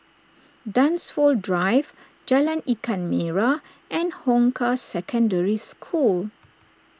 Dunsfold Drive Jalan Ikan Merah and Hong Kah Secondary School